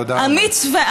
תודה רבה.